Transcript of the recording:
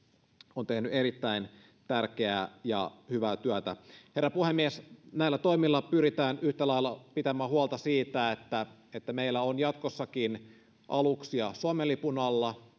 on kyllä tehnyt erittäin tärkeää ja hyvää työtä herra puhemies näillä toimilla pyritään yhtä lailla pitämään huolta siitä että että meillä on jatkossakin aluksia suomen lipun alla